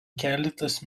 keletas